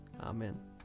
Amen